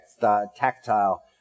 tactile